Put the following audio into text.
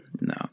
No